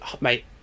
Mate